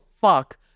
fuck